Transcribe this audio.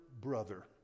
brother